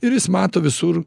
ir jis mato visur